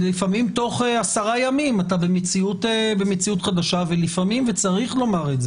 לפעמים תוך 10 ימים אתה במציאות חדשה ולפעמים וצריך לומר,